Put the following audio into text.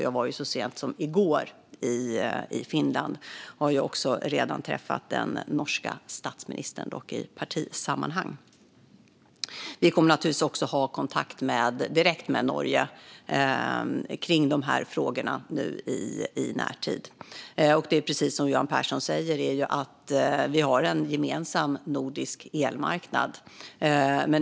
Jag var i Finland så sent som i går, och jag har redan träffat den norska statsministern - dock i partisammanhang. Vi kommer naturligtvis också att ha kontakt direkt med Norge kring de här frågorna i närtid. Precis som Johan Pehrson säger har vi en gemensam nordisk elmarknad.